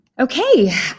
Okay